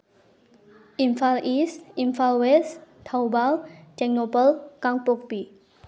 Imphal east Imphal west Thoubal Tengnoupal Kangpokpi